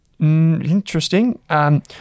Interesting